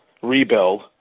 rebuild